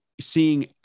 seeing